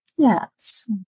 Yes